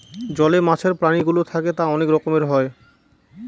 জলে মাছের প্রাণীগুলো থাকে তা অনেক রকমের হয়